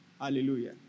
Hallelujah